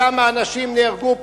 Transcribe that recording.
כמה אנשים נהרגו פה,